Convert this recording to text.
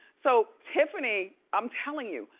so, tiffany, i'm telling you,